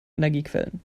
energiequellen